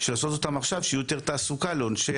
לעשות אותם עכשיו שיהיה יותר תעסוקה לאנשי